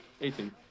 Eighteen